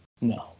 No